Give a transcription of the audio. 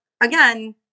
again